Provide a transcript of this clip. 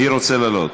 מי רוצה לעלות?